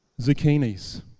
zucchinis